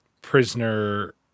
prisoner